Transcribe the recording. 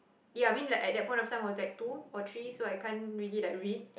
ya I mean like at that point of time I was like two or three so I can't really like read